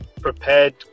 prepared